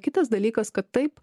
kitas dalykas kad taip